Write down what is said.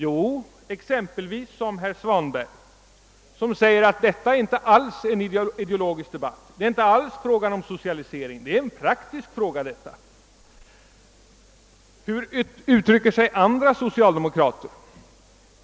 Jo, exempelvis som herr Svanberg, vilken säger att detta inte alls är en ideologisk debatt, att det inte alls är fråga om en socialisering, utan att detta är en rent praktisk fråga. Hur uttrycker sig andra socialdemokrater?